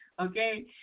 Okay